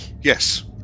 yes